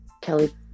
Kelly